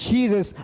Jesus